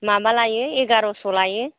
माबा लायो एगारस' लायो